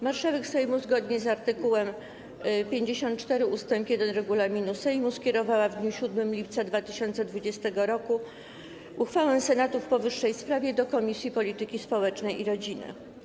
Marszałek Sejmu zgodnie z art. 54 ust. 1 regulaminu Sejmu skierowała w dniu 7 lipca 2020 r. uchwałę Senatu w powyższej sprawie do Komisji Polityki Społecznej i Rodziny.